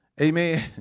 Amen